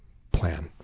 plan.